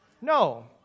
No